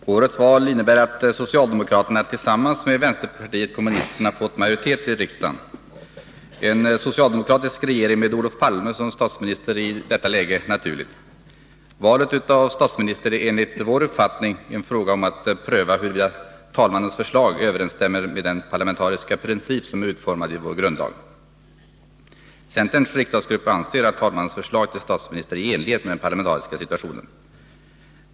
Herr talman! Årets val innebär att socialdemokraterna tillsammans med vänsterpartiet kommunisterna fått majoritet i riksdagen. En socialdemokratisk regering med Olof Palme som statsminister är i detta läge naturlig. Valet av statsminister är enligt vår uppfattning en fråga om att pröva huruvida talmannens förslag överensstämmer med den parlamentariska princip som är utformad i vår grundlag. Centerns riksdagsgrupp anser att talmannens förslag till statsminister är i enlighet med den parlamentariska situationen.